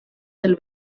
del